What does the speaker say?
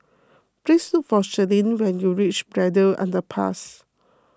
please look for Selene when you reach Braddell Underpass